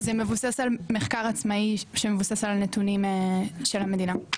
זה מבוסס על מחקר עצמאי שמבוסס על נתונים של המדינה.